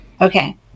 Okay